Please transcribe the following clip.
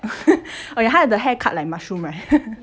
okay 他的 hair cut like mushroom right ha